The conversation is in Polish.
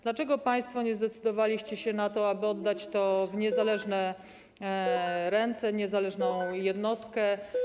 Dlaczego państwo nie zdecydowaliście się na to, aby oddać to w niezależne ręce, niezależnej jednostce?